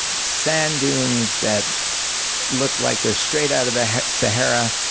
sand dunes that look like they're straight out of the sahara